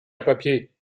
papier